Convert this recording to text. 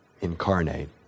incarnate